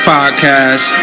Podcast